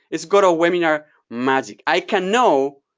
it's goto webinar magic. i can know.